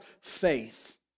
faith